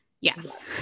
Yes